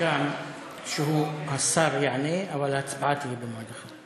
סוכם שהשר יענה, אבל הצבעה תהיה במועד אחר.